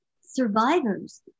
survivors